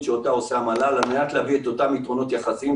שאותה עושה המל"ל על מנת להביא את אותם יתרונות יחסיים.